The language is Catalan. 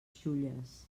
xulles